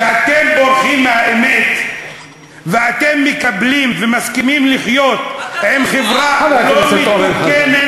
כשאתם בורחים מהאמת ואתם מקבלים ומסכימים לחיות בחברה לא מתוקנת,